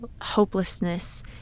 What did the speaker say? hopelessness